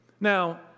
Now